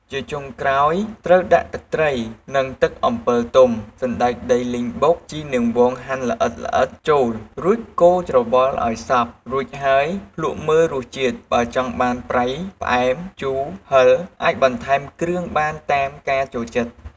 ជាចុងក្រោយ ត្រូវដាក់ ទឹកត្រី និង ទឹកអំពិលទុំ សណ្ដែកដីលីងបុក ជីនាងវងហាន់ល្អិតៗចូល រួចកូរច្របល់ឱ្យសព្វ រូចហើយភ្លក្សមើលរសជាតិ បើចង់បានប្រៃ ផ្អែម ជូរ ហឹរ អាចបន្ថែមគ្រឿងបានតាមការចូលចិត្ត។